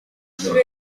صدوسی